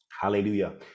hallelujah